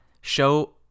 show